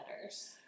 letters